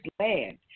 land